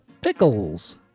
pickles